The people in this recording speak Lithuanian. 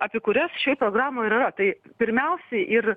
apie kurias šioj programoj ir yra tai pirmiausiai ir